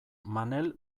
manel